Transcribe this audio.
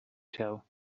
tell